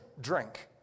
Drink